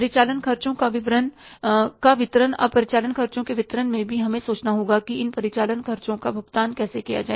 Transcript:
परिचालन खर्चों का वितरण अब परिचालन खर्चों के वितरण में भी हमें सोचना होगा कि इन परिचालन खर्चों का भुगतान कैसे किया जाए